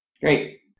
Great